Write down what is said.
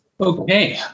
Okay